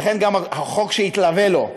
וגם החוק שיתלווה לו,